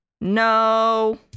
No